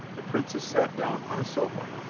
the princess sat down on a sofa,